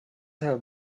her